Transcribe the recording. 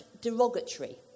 derogatory